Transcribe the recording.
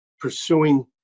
pursuing